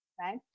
right